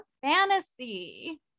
fantasy